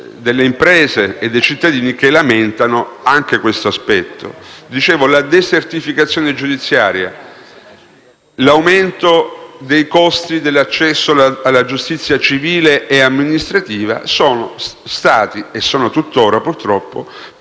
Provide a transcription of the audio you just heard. delle imprese e dei cittadini, che lamentano questo aspetto. La desertificazione giudiziaria, l'aumento dei costi dell'accesso alla giustizia civile ed amministrativa sono stati e sono, purtroppo,